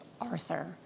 Arthur